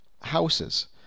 houses